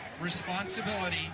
responsibility